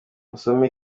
musome